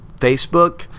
Facebook